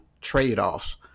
trade-offs